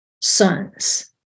sons